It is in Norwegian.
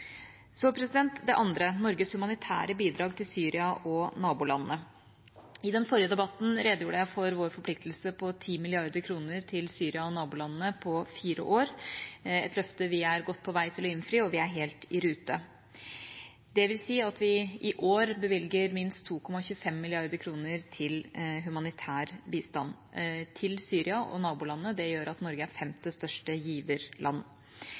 Så til det andre: Norges humanitære bidrag til Syria og nabolandene. I den forrige debatten redegjorde jeg for våre forpliktelser på 10 mrd. kr til Syria og nabolandene over fire år, et løfte vi er godt på vei til å innfri – og vi er helt i rute. Det vil si at vi i år bevilger minst 2,25 mrd. kr til humanitær bistand til Syria og nabolandene. Det gjør at Norge er femte største giverland.